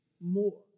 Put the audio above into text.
more